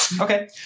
Okay